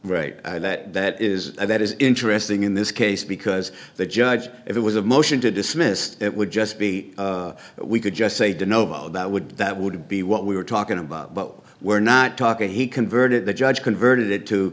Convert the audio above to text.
write that that is that is interesting in this case because the judge if it was a motion to dismiss it would just be we could just say did nobody that would that would be what we were talking about but we're not talking he converted the judge converted